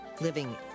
Living